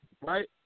right